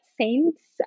saints